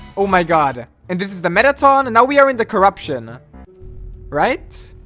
oh my god, and this is the marathon and now we are in the corruption right